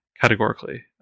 categorically